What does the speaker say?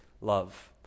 love